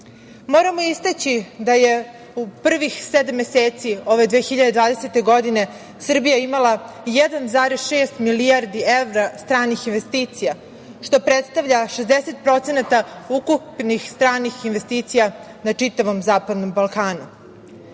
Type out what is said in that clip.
BDP.Moramo istaći da je u prvih sedam meseci ove 2020. godine Srbija imala 1,6 milijardi evra stranih investicija, što predstavlja 60% ukupnih stranih investicija na čitavom Zapadnom Balkanu.